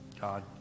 God